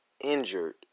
injured